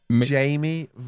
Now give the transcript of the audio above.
Jamie